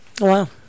Wow